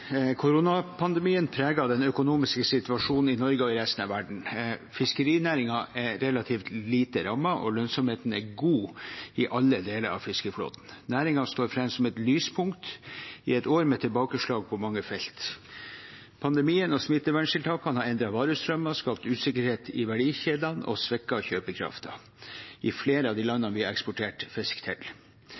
Koronapandemien preger den økonomiske situasjonen i Norge og resten av verden. Fiskerinæringen er relativt lite rammet, og lønnsomheten er god i alle deler av fiskeflåten. Næringen står fram som et lyspunkt i et år med tilbakeslag på mange felt. Pandemien og smitteverntiltakene har endret varestrømmer, skapt usikkerhet i verdikjeden og svekket kjøpekraften i flere av de landene vi eksporterer fisk til.